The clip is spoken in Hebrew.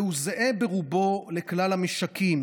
והוא זהה ברובו לכלל המשקים,